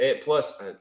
plus